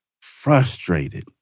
frustrated